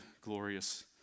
glorious